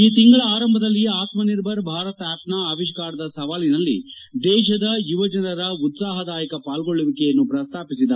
ಈ ತಿಂಗಳ ಆರಂಭದಲ್ಲಿ ಆತ್ಮ ನಿರ್ಭರ ಭಾರತ್ ಆಪ್ನ ಅವಿಷ್ಕಾರದ ಸವಾಲಿನಲ್ಲಿ ದೇಶದ ಯುವಜನರ ಉತ್ಪಾಹದಾಯಕ ಪಾಲ್ಗೊಳ್ಳುವಿಕೆಯನ್ನು ಪ್ರಧಾನಿ ಪ್ರಸ್ತಾಪಿಸಿದ್ದಾರೆ